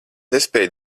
nespēju